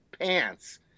pants